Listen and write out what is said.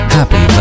Happy